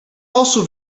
also